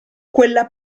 quella